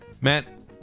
Matt